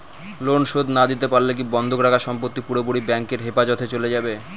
Loan শোধ না দিতে পারলে কি বন্ধক রাখা সম্পত্তি পুরোপুরি ব্যাংকের হেফাজতে চলে যাবে?